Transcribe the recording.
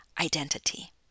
identity